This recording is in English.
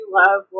love